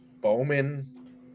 Bowman